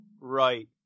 right